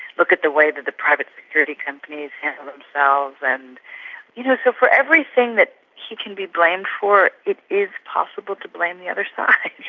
look at the way that the private security companies handle themselves and you know so for everything that he can be blamed for, it is possible to blame the other side.